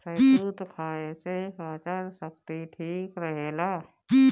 शहतूत खाए से पाचन शक्ति ठीक रहेला